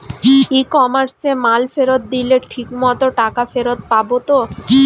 ই কমার্সে মাল ফেরত দিলে ঠিক মতো টাকা ফেরত পাব তো?